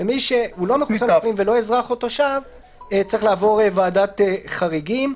מי שלא מחוסן ולא אזרח או תושב צריך לעבור ועדת חריגים.